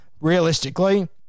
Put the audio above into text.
realistically